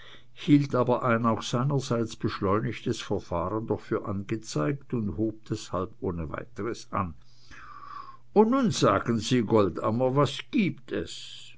hielt aber ein auch seinerseits beschleunigtes verfahren doch für angezeigt und hob deshalb ohne weiteres an und nun sagen sie goldammer was gibt es